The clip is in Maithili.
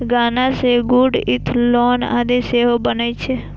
गन्ना सं गुड़, इथेनॉल आदि सेहो बनै छै